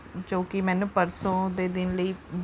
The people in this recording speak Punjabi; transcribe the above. ਜੋ ਕਿ ਮੈਨੂੰ ਪਰਸੋਂ ਦੇ ਦਿਨ ਲਈ